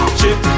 chip